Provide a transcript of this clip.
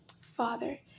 Father